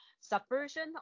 subversion